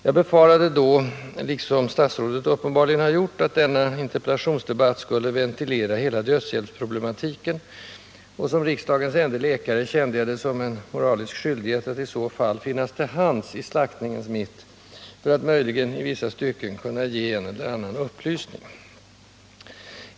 Jag befarade då, liksom statsrådet uppenbarligen har gjort, att denna interpellationsdebatt skulle ventilera hela dödshjälpsproblematiken, och som riksdagens ende läkare kände jag det som en moralisk skyldighet att i så fall finnas till hands i slaktningens mitt för att möjligen i vissa stycken kunna ge en eller annan upplysning.